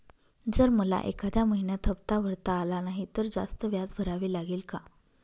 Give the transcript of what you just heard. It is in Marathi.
जर मला एखाद्या महिन्यात हफ्ता भरता आला नाही तर जास्त व्याज भरावे लागेल का?